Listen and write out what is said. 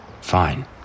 Fine